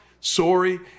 sorry